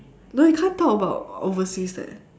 no you can't talk about overseas eh